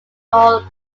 called